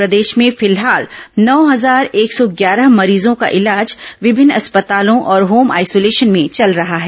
प्रदेश में फिलहाल नौ हजार एक सौ ग्यारह मरीजों का इलाज विभिन्न अस्पतालों और होम आइसोलेशन में चल रहा है